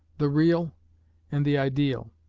the real and the ideal,